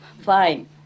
Fine